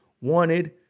wanted